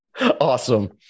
awesome